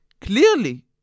Clearly